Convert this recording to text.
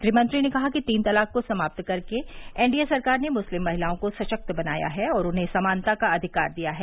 गृहमंत्री ने कहा कि तीन तलाक को समाप्त करके एनडीए सरकार ने मुस्लिम महिलाओं को सशक्त बनाया है और उन्हें समानता का अधिकार दिया है